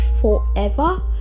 forever